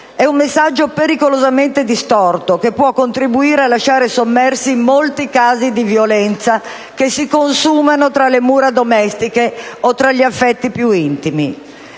È un messaggio pericolosamente distorto, che può contribuire a lasciare sommersi molti casi di violenza che si consumano tra le mura domestiche o tra gli affetti più intimi.